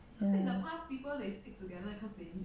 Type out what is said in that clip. ya